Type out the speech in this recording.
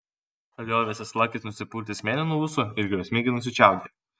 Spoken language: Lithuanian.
liovęsis lakis nusipurtė smėlį nuo ūsų ir griausmingai nusičiaudėjo